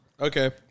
Okay